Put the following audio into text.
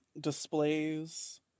displays